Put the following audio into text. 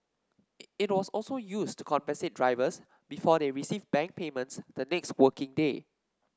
it was also used to compensate drivers before they received bank payments the next working day